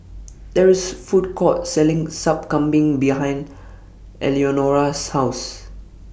There IS Food Court Selling Sup Kambing behind Eleonora's House